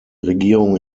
regierung